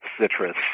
citrus